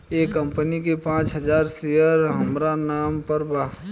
एह कंपनी के पांच हजार शेयर हामरा नाम पर बा